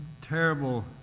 terrible